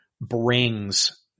brings